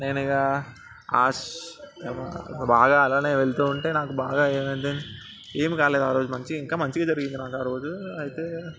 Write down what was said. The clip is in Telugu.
నేను ఇక ఆస్ బాగా అలాగే వెళుతు ఉంటే నాకు బాగా ఏమైంది ఏం కాలేదు ఆరోజు నాకు మంచిగా ఇంకా మంచిగా జరిగింది ఆరోజు అయితే